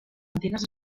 antigues